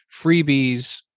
freebies